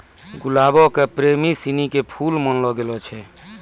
गुलाबो के प्रेमी सिनी के फुल मानलो गेलो छै